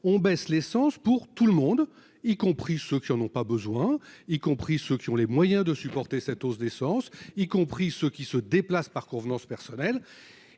le prix de l'essence pour tout le monde, y compris pour ceux qui n'en ont pas besoin, y compris pour ceux qui ont les moyens de supporter cette hausse du prix de l'essence, y compris pour ceux qui se déplacent par convenance personnelle.